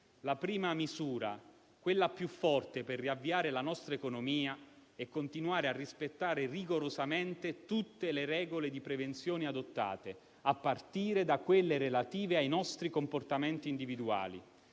La prima misura, quella più forte per riavviare la nostra economia, è continuare a rispettare rigorosamente tutte le regole di prevenzione adottate, a partire da quelle relative ai nostri comportamenti individuali.